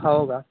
हो का